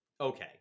okay